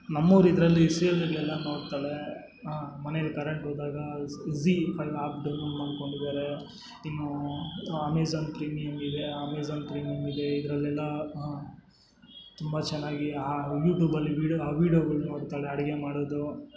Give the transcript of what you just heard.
ನಮ್ಮೋರು ಇದರಲ್ಲಿ ಸೀರಿಯಲ್ಗಳೆಲ್ಲಾ ನೋಡ್ತಾಳೆ ಮನೆಯಲ್ಲಿ ಕರೆಂಟ್ ಹೋದಾಗ ಝೀ ಫೈ ಆ್ಯಪ್ ಡೌನ್ಲೋಡ್ ಮಾಡ್ಕೊಂಡಿದ್ದಾರೆ ಇನ್ನೂ ಆಮೆಝಾನ್ ಪ್ರೀಮಿಯಮ್ ಇದೆ ಆಮೆಝಾನ್ ಪ್ರೀಮಿಯಮ್ ಇದೆ ಇದರಲೆಲ್ಲಾ ತುಂಬ ಚೆನ್ನಾಗಿ ಆ ಯೂಟ್ಯೂಬಲ್ಲಿ ವೀಡ್ಯೋ ಆ ವೀಡ್ಯೋಗಳ್ ನೋಡ್ತಾಳೆ ಅಡುಗೆ ಮಾಡೋದು